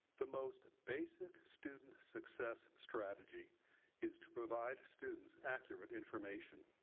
the most basic student success strategy is to provide students accurate information.